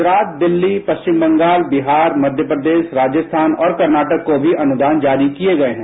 गुजरात दिल्ली पश्चिम बंगाल बिहार मध्य प्रदेश राजस्थान और कर्नाटक को भी अनुदान जारी किये गये हैं